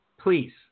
please